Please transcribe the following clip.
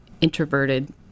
introverted